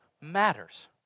matters